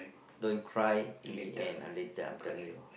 don't cry in the end a little after hill